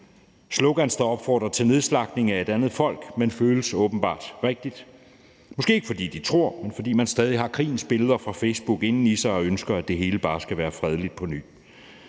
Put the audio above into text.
slogans, der opfordrer til nedslagtning af et andet folk, men som åbenbart føles rigtige; måske ikke, fordi man tror på dem, men fordi man stadig har krigens billeder fra Facebook på nethinden og ønsker, at det hele bare skal være fredeligt på ny.